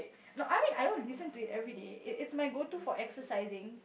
no I mean I don't listen to it everyday it it's my go to for exercising